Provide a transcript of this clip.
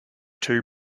two